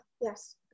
yes